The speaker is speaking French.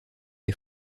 les